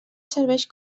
serveix